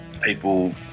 people